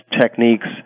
techniques